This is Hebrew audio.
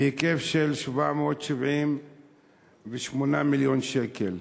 בהיקף 778 מיליון שקל.